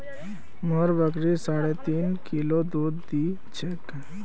मोर बकरी साढ़े तीन किलो दूध दी छेक